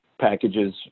packages